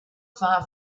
far